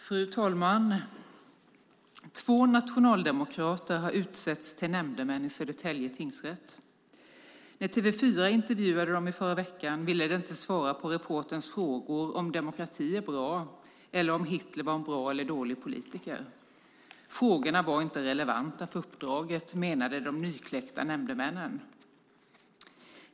Fru talman! Två nationaldemokrater har utsetts till nämndemän i Södertälje tingsrätt. När TV4 intervjuade dem i förra veckan ville de inte svara på reporterns frågor om demokrati är bra eller om Hitler var en bra eller dålig politiker. Frågorna var inte relevanta för uppdraget, menade de nykläckta nämndemännen.